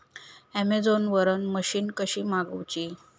Amazon वरन machine कशी मागवची?